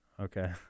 Okay